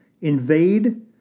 Invade